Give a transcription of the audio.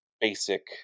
basic